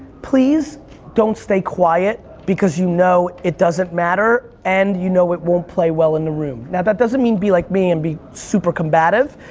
please don't stay quiet because you know it doesn't matter and you know it won't play well in the room. now, that doesn't mean be like me and be super combative,